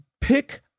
pick